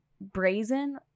brazen